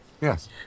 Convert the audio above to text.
Yes